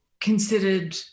considered